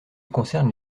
concerne